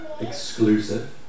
exclusive